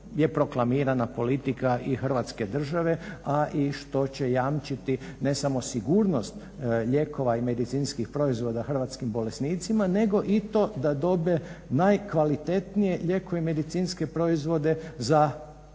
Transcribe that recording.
je proklamirana politika i Hrvatske države. A i što će jamčiti ne samo sigurnost lijekova i medicinskih proizvoda hrvatskim bolesnicima nego i to da dobe najkvalitetnije lijekove i medicinske proizvode za